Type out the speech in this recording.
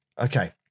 Okay